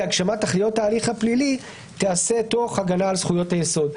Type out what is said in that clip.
הגשמת תכליות ההליך הפלילי תיעשה תוך הגנה על זכויות היסוד".